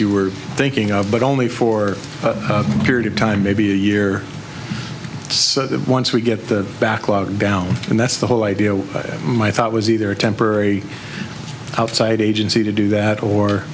you were thinking of but only for a period of time maybe a year so that once we get the backlog down and that's the whole idea my thought was either a temporary outside agency to do that or